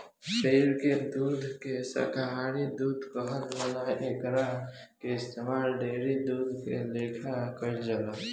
पेड़ के दूध के शाकाहारी दूध कहल जाला एकरा के इस्तमाल डेयरी दूध के लेखा कईल जाला